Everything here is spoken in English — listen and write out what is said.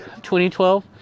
2012